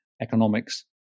economics